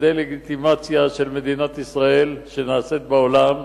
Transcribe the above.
לדה-לגיטימציה של מדינת ישראל שנעשית בעולם,